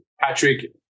Patrick